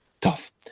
Tough